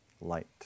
light